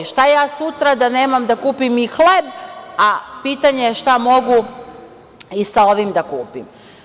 Šta, ja sutra da nemam da kupim ni hleb, a pitanje je šta mogu i sa ovim da kupim?